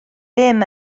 ddim